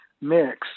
mix